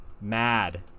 Mad